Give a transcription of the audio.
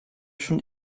schon